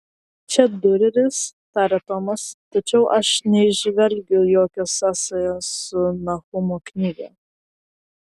čia diureris tarė tomas tačiau aš neįžvelgiu jokios sąsajos su nahumo knyga